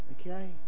okay